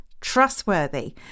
trustworthy